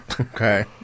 Okay